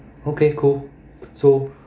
okay cool so